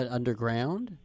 Underground